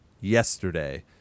yesterday